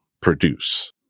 produce